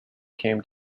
came